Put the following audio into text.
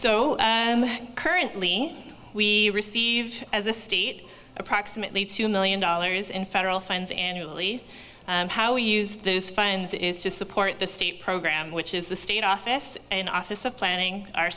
so currently we receive as a state approximately two million dollars in federal funds annually how we use this fund is to support the state program which is the state office and office of planning our